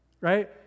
right